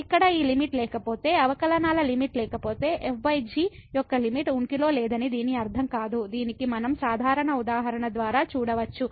ఇక్కడ ఈ లిమిట్ లేకపోతే అవకలనాల లిమిట్ లేకపోతే f g యొక్క లిమిట్ ఉనికిలో లేదని దీని అర్థం కాదు దీనిని మనం సాధారణ ఉదాహరణ ద్వారా చూడవచ్చు